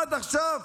עד עכשיו,